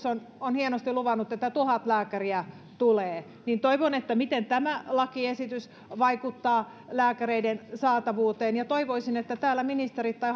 on hienosti luvannut että tuhat lääkäriä tulee niin toivon kuulevani miten tämä lakiesitys vaikuttaa lääkäreiden saatavuuteen ja toivoisin että täällä ministerit tai